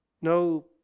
no